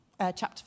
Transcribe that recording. chapter